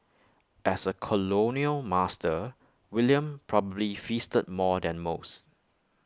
as A colonial master William probably feasted more than most